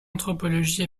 anthropologie